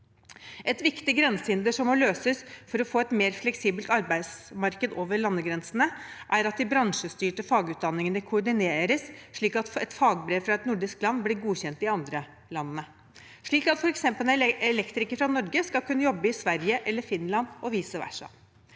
et viktig grensehinder og få et mer fleksibelt arbeidsmarked over landegrensene må de bransjestyrte fagutdanningene koordineres og fagbrev fra ett nordisk land kunne godkjennes i de andre landene – slik at f.eks. en elektriker fra Norge skal kunne jobbe i Sverige eller Finland og vice versa.